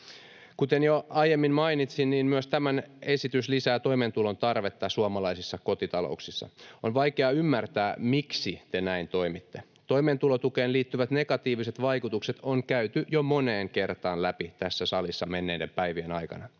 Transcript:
Kuten jo aiemmin mainitsin, myös tämä esitys lisää toimeentulotuen tarvetta suomalaisissa kotitalouksissa. On vaikea ymmärtää, miksi te näin toimitte. Toimeentulotukeen liittyvät negatiiviset vaikutukset on käyty jo moneen kertaan läpi tässä salissa menneiden päivien aikana.